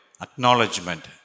Acknowledgement